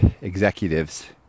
executives